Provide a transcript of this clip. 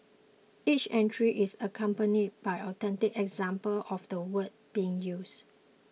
each entry is accompanied by authentic examples of the word being used